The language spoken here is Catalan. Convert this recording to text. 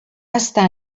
estar